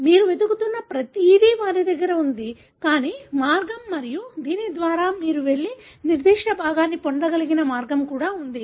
మీరు వెతుకుతున్న ప్రతిదీ వారి వద్ద ఉంది కానీ మార్గం మరియు దీని ద్వారా మీరు వెళ్లి నిర్దిష్ట భాగాన్ని పొందగలిగే మార్గం కూడా ఉంది